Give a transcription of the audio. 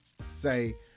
say